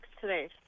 today